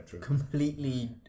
completely